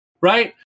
right